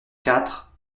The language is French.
quatre